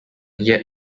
yet